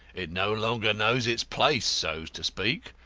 it no longer knows its place, so to speak.